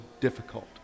difficult